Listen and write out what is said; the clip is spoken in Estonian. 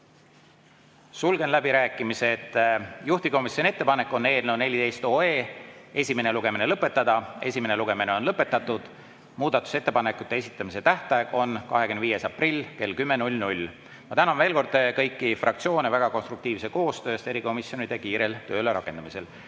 Sulgen läbirääkimised. Juhtivkomisjoni ettepanek on eelnõu 14 esimene lugemine lõpetada. Esimene lugemine on lõpetatud. Muudatusettepanekute esitamise tähtaeg on 25. aprill kell 10. Ma tänan veel kord kõiki fraktsioone väga konstruktiivse koostöö eest erikomisjonide kiirel töölerakendamisel.